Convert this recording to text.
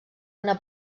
una